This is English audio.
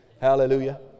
Hallelujah